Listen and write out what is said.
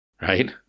Right